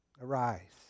arise